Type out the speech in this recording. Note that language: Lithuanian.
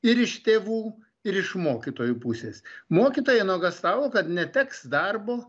ir iš tėvų ir iš mokytojų pusės mokytojai nuogąstavo kad neteks darbo